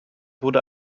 wurde